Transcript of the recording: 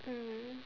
mm